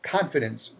confidence